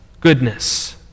goodness